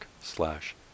slash